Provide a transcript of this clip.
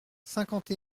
cinquante